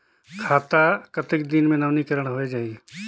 खाता कतेक दिन मे नवीनीकरण होए जाहि??